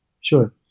Sure